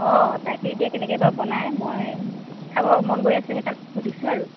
অঁ তাকে এতিয়া কেনেকেবা বনাই মই খাব মন গৈ আছে সেইকাৰণে সুধিছোঁ আৰু